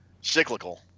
cyclical